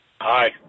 Hi